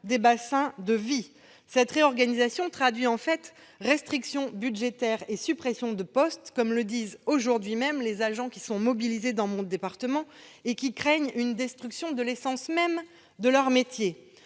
des bassins de vie. Cette réorganisation traduit en fait des restrictions budgétaires et des suppressions de postes, comme le disent aujourd'hui les agents mobilisés dans mon département, qui craignent une destruction de l'essence même de leur métier.